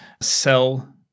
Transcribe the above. sell